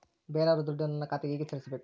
ಬೇರೆಯವರ ದುಡ್ಡನ್ನು ನನ್ನ ಖಾತೆಗೆ ಹೇಗೆ ಸೇರಿಸಬೇಕು?